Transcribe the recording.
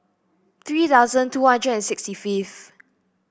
three thousand two hundred and sixty fifth